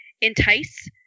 entice